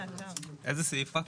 איזה סעיף רק?